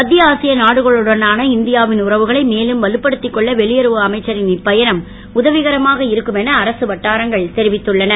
மத்திய ஆசிய நாடுகளுடனான இந்தியாவின் உறவுகளை மேலும் வலுப்படுத்திக் கொள்ள வெளியுறவு அமைச்சரின் இப்பயணம் உதவிகரமாக இருக்கும் என அரசு வட்டாரங்கள் தெரிவித்துள்ளன